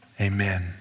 amen